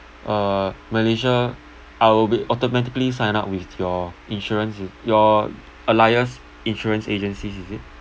uh malaysia I will be automatically signed up with your insurance your alliance insurance agencies is it